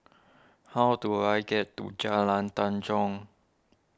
how do I get to Jalan Tanjong